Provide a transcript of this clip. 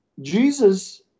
Jesus